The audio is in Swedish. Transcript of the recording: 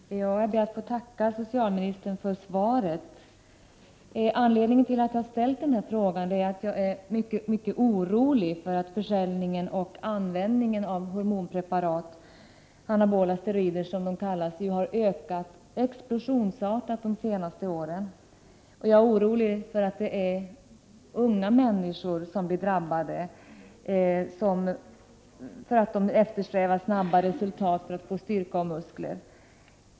Herr talman! Jag ber att få tacka socialministern för svaret. Anledningen till att jag ställt den här frågan är att jag är mycket orolig över att försäljningen och användningen av hormonpreparat, anabola steroider, har ökat explosionsartat under de senaste åren. Jag är orolig över att det är unga människor som drabbas av skador, då de eftersträvar snabba resultat i sin iver att få styrka och muskler.